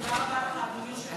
תודה רבה לך, אדוני היושב-ראש.